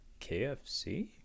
KFC